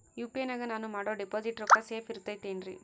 UPI ನಾಗ ನಾನು ಮಾಡೋ ಡಿಪಾಸಿಟ್ ರೊಕ್ಕ ಸೇಫ್ ಇರುತೈತೇನ್ರಿ?